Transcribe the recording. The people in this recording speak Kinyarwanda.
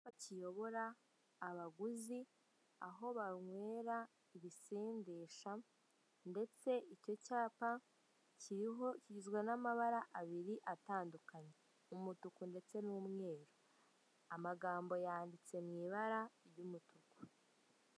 Icyapa kiyobora abaguzi aho banywera ibisindisha, ndetse icyo cyapa kiriho kigizwe n'amabara abiri atandukanye umutuku ndetse n'umweru, amagambo yanditse mu ibara ry'umutuku.